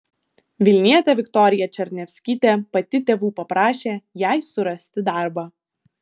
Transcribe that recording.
vilnietė viktorija černiavskytė pati tėvų paprašė jai surasti darbą